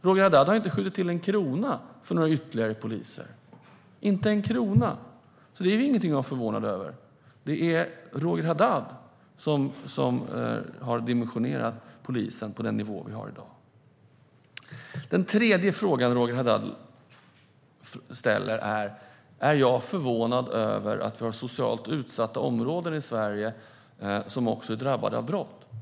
Roger Haddad har inte skjutit till en krona för några ytterligare poliser - inte en krona! Detta är alltså ingenting att vara förvånad över. Det är Roger Haddad som har dimensionerat polisen på den nivå vi har i dag. Den tredje frågan som Roger Haddad ställer är om jag är förvånad över att det är våra socialt utsatta områden i Sverige som också är drabbade av brott.